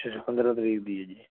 ਅੱਛਾ ਪੰਦਰ੍ਹਾਂ ਤਰੀਕ ਦੀ ਹੈ ਜੀ